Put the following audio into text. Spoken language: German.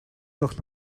doch